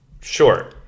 Sure